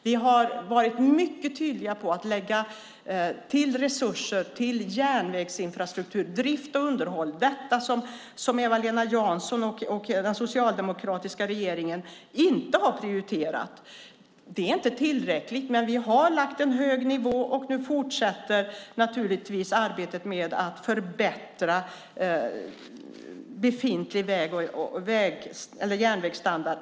Vi har varit mycket tydliga med att lägga till resurser till drift och underhåll av järnvägsinfrastruktur. Detta hade Eva-Lena Jansson och den socialdemokratiska regeringen inte prioriterat. Det är inte tillräckligt, men vi har satt en hög nivå och nu fortsätter arbetet med att förbättra befintlig järnvägsstandard.